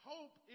Hope